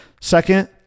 Second